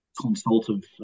consultative